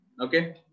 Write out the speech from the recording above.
Okay